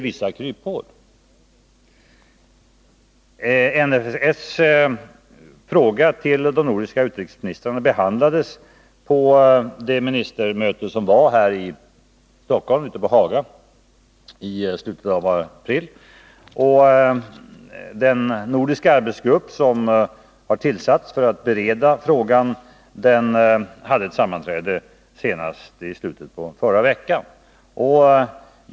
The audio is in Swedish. NFS fråga till de nordiska utrikesministrarna behandlades på det ministermöte som hölls på Haga i Stockholm i slutet av april, och den nordiska arbetsgrupp som har tillsatts för att bereda frågan hade ett sammanträde senast i slutet på förra veckan.